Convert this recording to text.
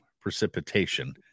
precipitation